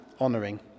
honouring